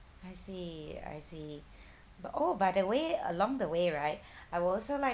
I see I see but oh by the way along the way right I would also like